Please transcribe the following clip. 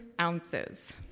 ounces